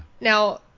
Now